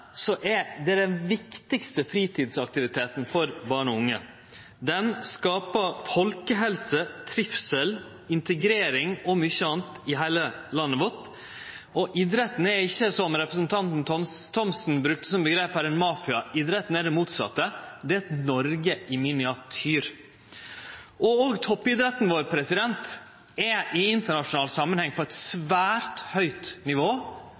er det den viktigaste fritidsaktiviteten for barn og unge. Han skapar folkehelse, trivsel, integrering og mykje anna i heile landet vårt. Og idretten er ikkje, som representanten Thomsen omtalte han som her, ein mafiaidrett. Han er det motsette: eit Noreg i miniatyr. Òg toppidretten vår er i internasjonal samanheng på eit svært høgt nivå.